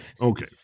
okay